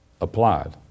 applied